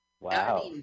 Wow